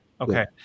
Okay